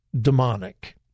demonic